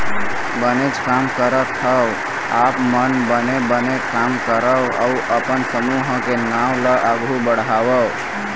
बनेच काम करत हँव आप मन बने बने काम करव अउ अपन समूह के नांव ल आघु बढ़ाव